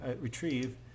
retrieve